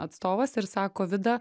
atstovas ir sako vida